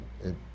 it-